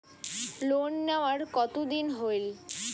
Loan নেওয়ার কতদিন হইল?